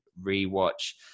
re-watch